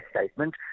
statement